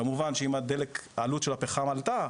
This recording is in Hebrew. כמובן שאם העלות של הפחם עלתה,